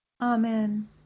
Amen